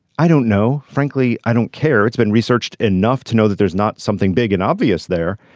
i don't know. frankly i don't care it's been researched enough to know that there's not something big and obvious there